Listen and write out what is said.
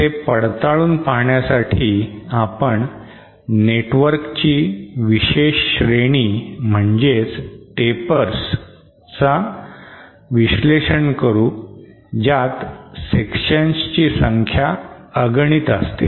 ते पडताळून पाहण्यासाठी आपण नेटवर्कची विशेष श्रेणी म्हणजेच टेपर्स च विश्लेषण करू ज्यात सेक्शन्स ची संख्या अगणित असते